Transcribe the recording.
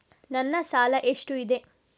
ನನ್ನ ಸಾಲ ಎಷ್ಟು ಇದೆ?